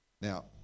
Now